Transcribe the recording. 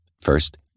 First